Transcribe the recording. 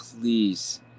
Please